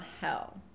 hell